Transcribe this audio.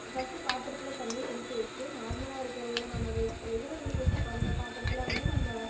first பாத்திரத்துலாம் தனியாக பிரிச்சு வஷ்ட்டு நார்மலாக இருக்கிறதுல நம்ம வெ ரெகுலர் யூஸுக்கு பண்ணுற பாத்திரத்துலா வந்து நம்ம